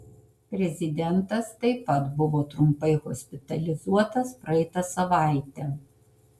prezidentas taip pat buvo trumpai hospitalizuotas praeitą savaitę